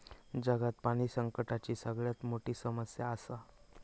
जगात पाणी संकटाची सगळ्यात मोठी समस्या आसा